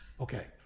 okay